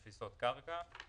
תפיסות קרקע.